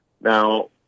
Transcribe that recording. Now